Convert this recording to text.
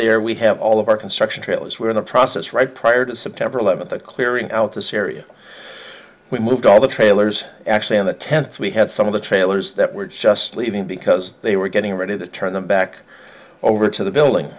there we have all of our construction trailers were in the process right prior to september eleventh the clearing out this area we moved all the trailers actually in the tents we had some of the trailers that were just leaving because they were getting ready to turn them back over to the billing